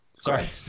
Sorry